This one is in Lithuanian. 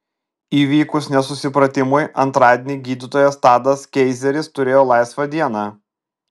įvykus nesusipratimui antradienį gydytojas tadas keizeris turėjo laisvą dieną